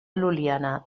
lul·liana